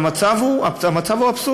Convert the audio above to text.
המצב הוא אבסורדי.